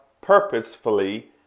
purposefully